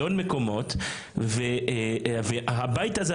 בעוד מקומות והבית הזה,